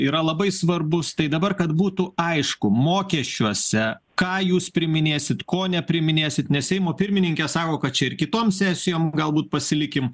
yra labai svarbus tai dabar kad būtų aišku mokesčiuose ką jūs priiminėsit ko nepriiminėsit nes seimo pirmininkė sako kad čia ir kitom sesijom galbūt pasilikim